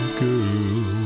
girl